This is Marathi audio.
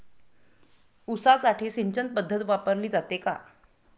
ऊसासाठी सिंचन पद्धत वापरली जाते का?